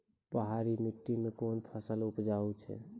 पहाड़ी मिट्टी मैं कौन फसल उपजाऊ छ?